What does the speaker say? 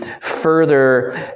further